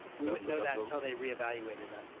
we wouldn't know that until they reevaluated that.